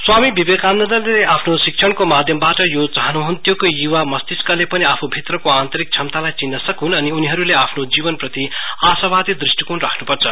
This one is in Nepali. स्वामी विवेकानन्दले आफ्नो शिक्षणको आध्यमबाट यो चाहनुहन्थ्यो कि युवा मस्तिष्कले पनि आफ्नोभित्रको आन्तरिक क्षमतालाई चिन्न सकून अनि उनीहरुले आफ्नो जीवनप्रति आशावादी दृष्टिकोण राख्नपर्छ